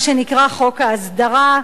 מה שנקרא "חוק ההסדרה"